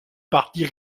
parties